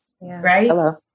Right